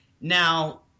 now